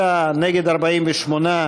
בעד, 63, נגד, 48,